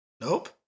Nope